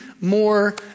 more